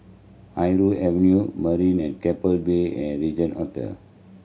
Irau Avenue Marina at Keppel Bay and Regin Hotel